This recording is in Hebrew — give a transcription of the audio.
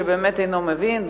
שבאמת אינו מבין,